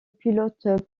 pilote